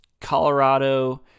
Colorado